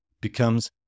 becomes